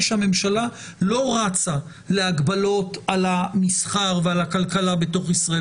שהממשלה לא רצה להגבלות על המסחר ועל הכלכלה בתוך ישראל.